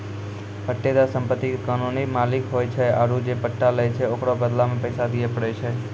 पट्टेदार सम्पति के कानूनी मालिक होय छै आरु जे पट्टा लै छै ओकरो बदला मे पैसा दिये पड़ै छै